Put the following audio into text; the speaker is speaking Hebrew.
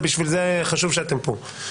בשביל זה חשוב שאתם פה.